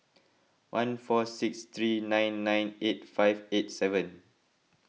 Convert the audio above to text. one four six three nine nine eight five eight seven